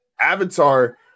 Avatar